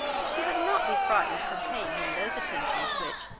she would not be frightened from paying him those attentions which,